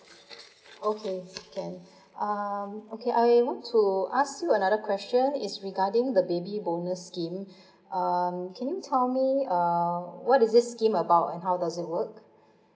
okay can um okay I want to ask you another question is regarding the baby bonus scheme um can you tell me uh what is this scheme about how does it work